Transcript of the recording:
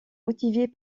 motivés